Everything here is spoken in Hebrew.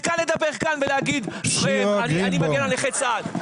זה קל לדבר ולהגיד, אני מגן על נכי צה"ל.